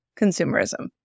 consumerism